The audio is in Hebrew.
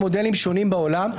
מודלים שונים בעולם,